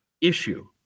issue